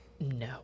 No